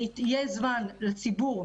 ויהיה זמן לציבור,